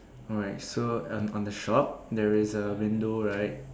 alright so on on the shop there is a window right